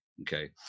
Okay